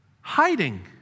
hiding